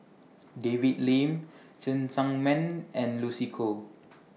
David Lim Cheng Tsang Man and Lucy Koh